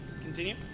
Continue